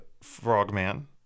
Frogman